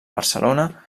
barcelona